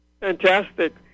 Fantastic